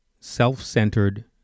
self-centered